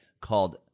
called